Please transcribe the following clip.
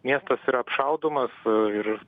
miestas yra apšaudomas ir